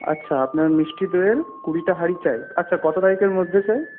আচ্ছা আপনার মিষ্টি দইয়ের কুড়িটা হাঁড়ি চাই আচ্ছা কত তারিখের মধ্যে চাই